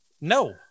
No